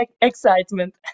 excitement